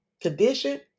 condition